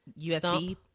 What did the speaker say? usb